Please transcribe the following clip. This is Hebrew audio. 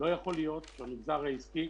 לא יכול להיות שהמגזר העסקי